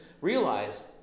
realize